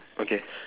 okay